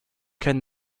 can